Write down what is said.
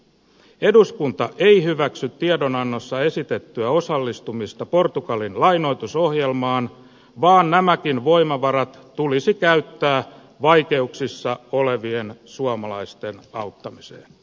eduskunta ei hyväksy tiedonannossa esitettyä osallistumista portugalin lainoitusohjelmaan vaan nämäkin voimavarat tulisi käyttää vaikeuksissa olevien suomalaisten auttamiseen